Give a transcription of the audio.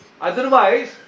Otherwise